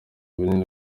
bunini